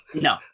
No